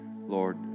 Lord